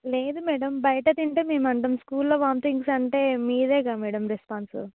లేదు మేడం బయట తింటే మేము అంటాము స్కూల్లో వామిటింగ్స్ అంటే మీరేగా మేడం రెస్పాన్స్